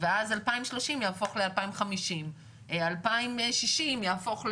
ואז 2030 יהפוך ל-2050, 2060 יהפוך ל-2100.